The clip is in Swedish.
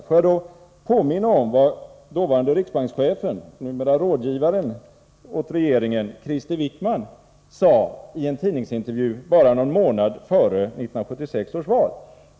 Får jag då påminna om vad dåvarande riksbankschefen, numera rådgivaren åt regeringen, Krister Wickman sade i en tidningsintervju bara någon månad före 1976 års val.